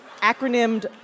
acronymed